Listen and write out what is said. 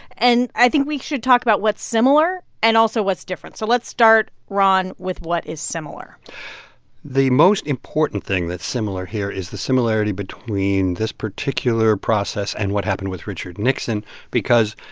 and i think we should talk about what's similar and also what's different. so let's start, ron, with what is similar the most important thing that's similar here is the similarity between this particular process and what happened with richard nixon because,